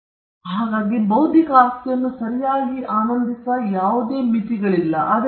real ಆಸ್ತಿಯಲ್ಲಿ ಸಂತೋಷಗಳು ಮಿತಿಯಲ್ಲಿರುತ್ತವೆ ಬೌದ್ಧಿಕ ಆಸ್ತಿಯನ್ನು ಸರಿಯಾಗಿ ಆನಂದಿಸುವ ಯಾವುದೇ ಮಿತಿಗಳಿಲ್ಲ